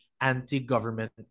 anti-government